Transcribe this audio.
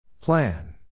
Plan